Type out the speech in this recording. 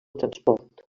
transport